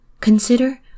Consider